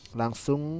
langsung